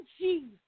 Jesus